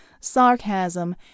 sarcasm